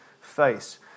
face